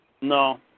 No